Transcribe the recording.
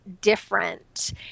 different